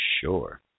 sure